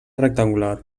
rectangular